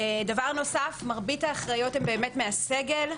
דבר נוסף מרבית האחראיות הן מהסגל.